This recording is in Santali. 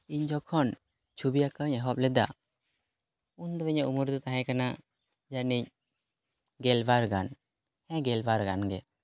ᱤᱧ ᱡᱚᱠᱷᱚᱱ ᱪᱷᱚᱵᱤ ᱟᱸᱠᱟᱣ ᱤᱧ ᱮᱦᱚᱵ ᱞᱮᱫᱟ ᱩᱱ ᱫᱚ ᱤᱧᱟᱹᱜ ᱩᱢᱮᱨ ᱫᱚ ᱛᱟᱦᱮᱸ ᱠᱟᱱᱟ ᱡᱟᱹᱱᱤᱡ ᱜᱮᱞᱵᱟᱨ ᱜᱟᱱ ᱦᱮᱸ ᱜᱮᱞᱵᱟᱨ ᱜᱟᱱᱜᱮ